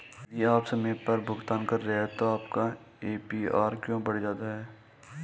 यदि आप समय पर भुगतान कर रहे हैं तो आपका ए.पी.आर क्यों बढ़ जाता है?